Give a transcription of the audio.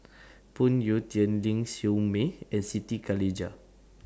Phoon Yew Tien Ling Siew May and Siti Khalijah